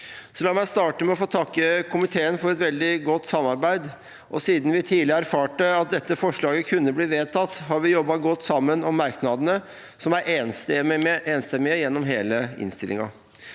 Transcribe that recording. La meg starte med å takke komiteen for et veldig godt samarbeid. Siden vi tidlig erfarte at dette forslaget kunne bli vedtatt, har vi jobbet godt sammen om merknadene, som er enstemmige gjennom hele innstillingen.